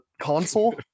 console